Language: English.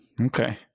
Okay